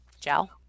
Gel